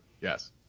Yes